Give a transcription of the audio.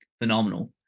phenomenal